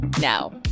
now